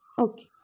okay